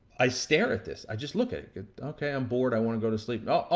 i stare at this. i just look at it. okay, i'm bored. i wanna go to sleep. oh,